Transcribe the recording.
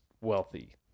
wealthy